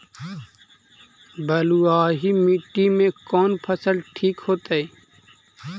बलुआही मिट्टी में कौन फसल ठिक होतइ?